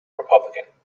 republican